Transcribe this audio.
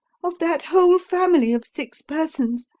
of that whole family of six persons,